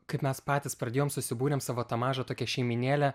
kaip mes patys pradėjom susibūrėm savo tą mažą tokią šeimynėlę